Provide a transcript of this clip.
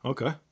Okay